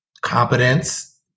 competence